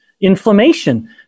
inflammation